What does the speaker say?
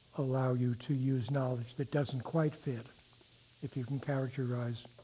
allow you to use knowledge that doesn't quite fit if you can characterize